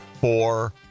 four